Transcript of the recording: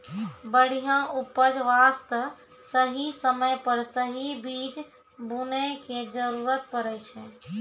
बढ़िया उपज वास्तॅ सही समय पर सही बीज बूनै के जरूरत पड़ै छै